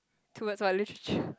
towards what literature